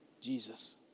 Jesus